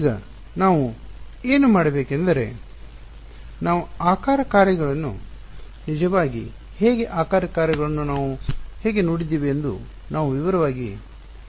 ಈಗ ನಾವು ಏನು ಮಾಡಬೇಕೆಂದರೆ ನಾವು ಆಕಾರ ಕಾರ್ಯಗಳನ್ನು ನಿಜವಾಗಿ ಹೇಗೆ ಆಕಾರ ಕಾರ್ಯಗಳನ್ನು ನಾವು ಹೇಗೆ ನೋಡಿದ್ದೇವೆ ಎಂದು ನಾವು ವಿವರವಾಗಿ ನೋಡುತ್ತೇವೆ